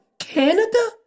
Canada